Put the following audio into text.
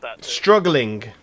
Struggling